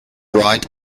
right